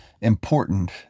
important